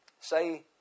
say